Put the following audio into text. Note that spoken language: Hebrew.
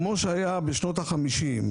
כמו שהיה בשנות ה-50,